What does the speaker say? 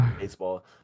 baseball